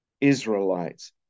Israelites